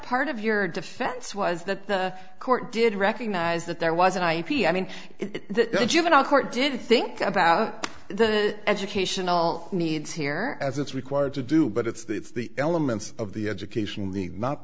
part of your defense was that the court did recognize that there was an ip i mean it the juvenile court didn't think about the educational needs here as it's required to do but it's the elements of the education